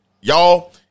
Y'all